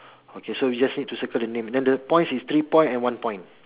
okay so we just need to circle the name then the points is three point and one point